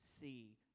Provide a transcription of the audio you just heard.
see